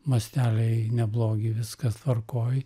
masteliai neblogi viskas tvarkoj